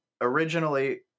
Originally